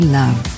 love